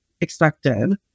expected